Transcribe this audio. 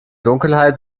dunkelheit